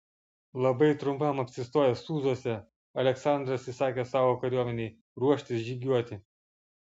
labai trumpam apsistojęs sūzuose aleksandras įsakė savo kariuomenei ruoštis žygiuoti